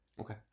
Okay